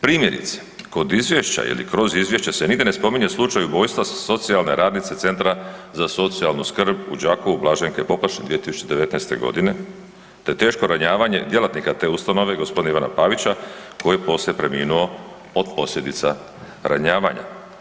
Primjerice, kod izvješća ili kroz izvješće se nigdje ne spominje slučaj ubojstva socijalne radnice Centra za socijalnu skrb u Đakovu Blaženke Poplašen 2019.g., te teško ranjavanje djelatnika te ustanove g. Ivana Pavića koji je poslije preminuo od posljedica ranjavanja.